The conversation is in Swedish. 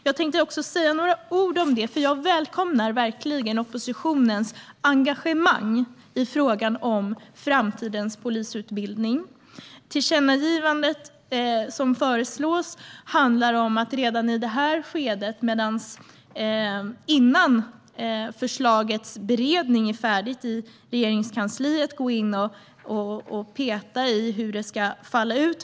Jag ska också säga några ord om polisutbildningen, för jag välkomnar verkligen oppositionens engagemang i frågan om framtidens polisutbildning. Det tillkännagivande som föreslås handlar om att redan i det här skedet, innan förslaget är färdigberett i Regeringskansliet, gå in och peta i hur det ska falla ut.